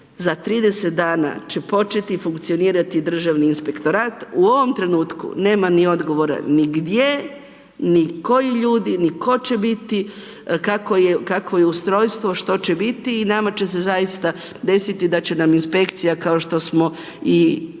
za 30 dana će početi funkcionirati Državni inspektorat. U ovom trenutku nema ni odgovora ni gdje ni koji ljudi ni tko će biti, kakvo je ustrojstvo, što će biti i nama će se zaista desiti da će nam inspekcija, kao što smo i rekli